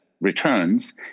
returns